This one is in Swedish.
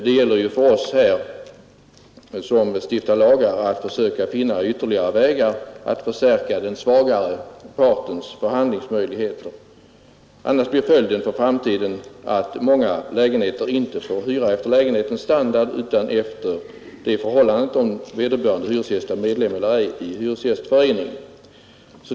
Det gäller ju för oss här som stiftar lagar att försöka finna ytterligare vägar att förstärka den svagare partens förhandlingsmöjligheter. Annars blir följden för framtiden att många lägenheter inte åsätts en hyra efter lägenhetens standard utan efter det förhållandet om vederbörande hyresgäst är medlem eller inte i hyresgästföreningen.